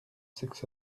six